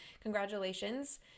congratulations